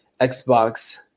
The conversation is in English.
Xbox